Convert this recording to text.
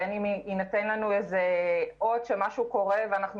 בין אם יינתן לנו אות שמשהו קורה ואנחנו